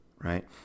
right